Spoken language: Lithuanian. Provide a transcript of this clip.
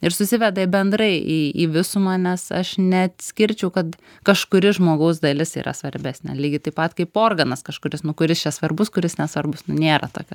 ir susiveda į bendrai į į visumą nes aš neatskirčiau kad kažkuri žmogaus dalis yra svarbesnė lygiai taip pat kaip organas kažkuris nu kuris čia svarbus kuris nesvarbus nu nėra tokio